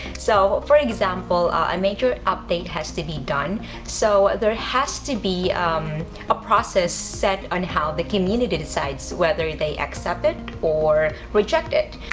so for example a major update has to be done so there has to be a process set on how the community decides whether they accept it or reject it.